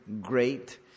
great